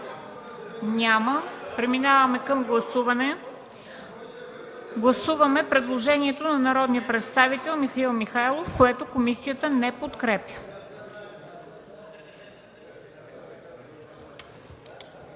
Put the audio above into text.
шум.) Преминаваме към гласуване. Гласуваме предложението на народния представител Михаил Михайлов, което комисията не подкрепя.